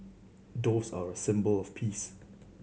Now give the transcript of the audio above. doves are a symbol of peace